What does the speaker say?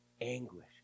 Anguish